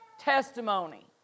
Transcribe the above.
testimony